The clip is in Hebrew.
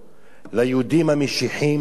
ליהודים המשיחיים האלה,